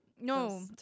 no